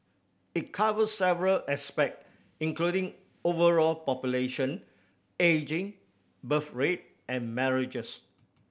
it covers several aspect including overall population ageing birth rate and marriages